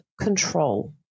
control